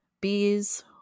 bees